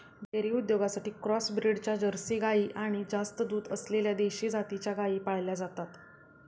dairy उद्योगासाठी cross ब्रीडच्या Jersey गाई आणि जास्त दूध असलेल्या देशी जातीच्या गायी पाळल्या जातात